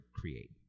create